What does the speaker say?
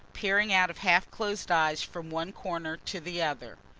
peering out of half-closed eyes from one corner to the other.